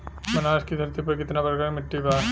बनारस की धरती पर कितना प्रकार के मिट्टी बा?